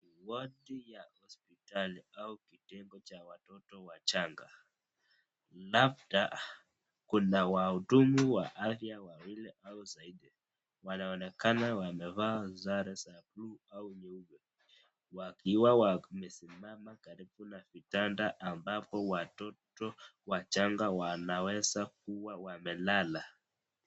Watu ya hospitali au kitengo cha watoto wachanga, labda kuna wahudumu wa afya wawili au zaidi, wanaonekana wamevaa sare za buluu au nyeupe, wakiwa wamesimama karibu an vitanda ambapo watoto wachanga wanaweza kuwa wamelala.